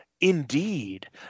indeed